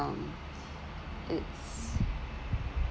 um it's